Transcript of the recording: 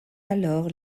alors